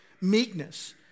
Meekness